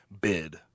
bid